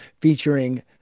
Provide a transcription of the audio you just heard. featuring